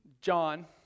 John